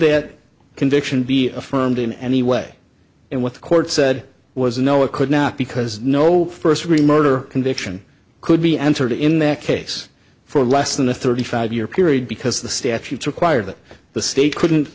that conviction be affirmed in any way and what the court said was no it could not because no first remoter conviction could be entered in that case for less than a thirty five year period because the statutes require that the state couldn't